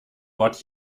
what